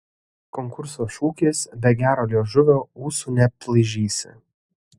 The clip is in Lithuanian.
konkurso šūkis be gero liežuvio ūsų neaplaižysi